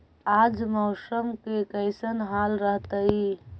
आज मौसम के कैसन हाल रहतइ?